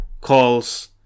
calls